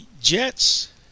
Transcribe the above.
Jets